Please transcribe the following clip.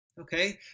okay